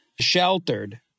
sheltered